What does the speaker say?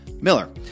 Miller